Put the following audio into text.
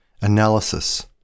Analysis